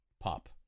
pop